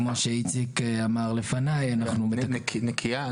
כמו שאיציק אמר לפניי --- נקייה?